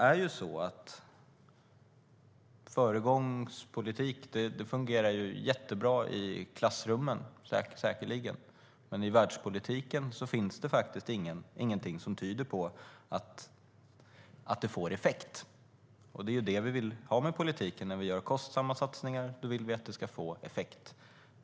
Att gå före med sin politik fungerar säkerligen jättebra i klassrummen. Men i världspolitiken finns det faktiskt ingenting som tyder på att det får effekt, och det är det som vi vill ha med politiken. När vi gör kostsamma satsningar vill vi att de ska få effekt.